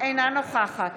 אינה נוכחת